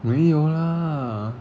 没有啦